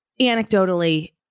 anecdotally